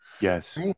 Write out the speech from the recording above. Yes